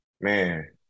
Man